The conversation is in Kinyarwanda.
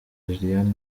liliane